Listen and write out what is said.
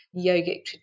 yogic